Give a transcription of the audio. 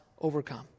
overcome